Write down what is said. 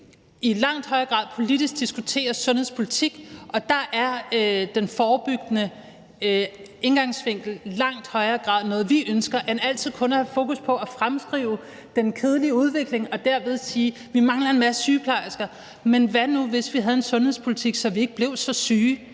i langt højere grad politisk diskutere sundhedspolitik, og der er den forebyggende indgangsvinkel i langt højere grad noget, vi ønsker, i stedet for at man altid kun har fokus på at fremskrive den kedelige udvikling og siger: Vi mangler en masse sygeplejersker. Men hvad nu, hvis vi havde en sundhedspolitik, som gjorde, at vi ikke blev så syge?